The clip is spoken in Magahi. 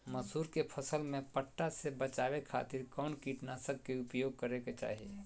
मसूरी के फसल में पट्टा से बचावे खातिर कौन कीटनाशक के उपयोग करे के चाही?